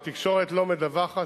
התקשורת לא מדווחת,